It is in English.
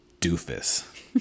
doofus